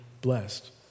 blessed